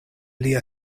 lia